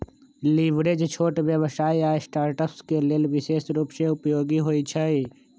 leverage छोट व्यवसाय आऽ स्टार्टअप्स के लेल विशेष रूप से उपयोगी होइ छइ